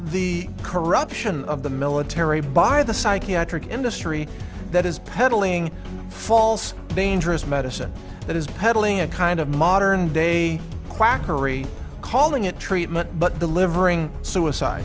the corruption of the military by the psychiatric industry that is peddling false dangerous medicine that is peddling a kind of modern day quackery calling it treatment but the live ring suicide